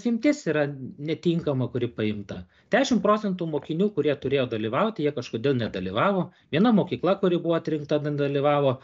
imtis yra netinkama kuri paimta dešimt procentų mokinių kurie turėjo dalyvauti jie kažkodėl nedalyvavo viena mokykla kuri buvo atrinkta nedalyvavo